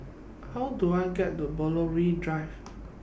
How Do I get to Belgravia Drive